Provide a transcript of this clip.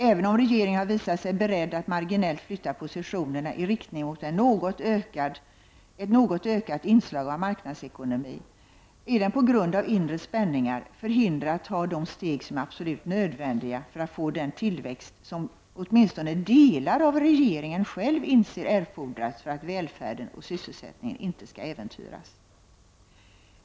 Även om regeringen har visat sig beredd att marginellt flytta positionerna i riktning mot ett något ökat inslag av marknadsekonomi, är den på grund av inre spänningar förhindrad att ta de steg som är absolut nödvändiga för att få den tillväxt som åtminstone delar av regeringen själv inser erfordras för att välfärden och sysselsättningen inte skall äventyras.